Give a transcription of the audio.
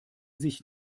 sich